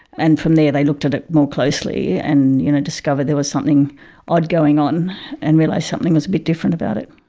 and from there they looked at it more closely and you know discovered there was something odd going on and realised something was a bit different about it.